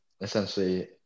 essentially